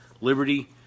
liberty